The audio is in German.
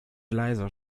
leiser